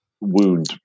wound